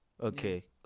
Okay